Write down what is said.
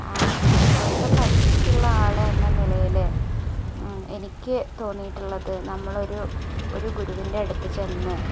ആ നൃത്തം പഠിച്ചിട്ടുള്ള ആൾ എന്ന നിലയിൽ എനിക്ക് തോന്നിയിട്ടുള്ളത് നമ്മൾ ഒരു ഒരു ഗുരുവിന്റെ അടുത്ത് ചെന്ന്